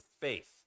faith